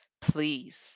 Please